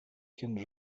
can